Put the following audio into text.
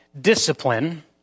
discipline